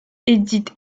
édite